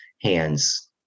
hands